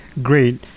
Great